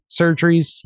surgeries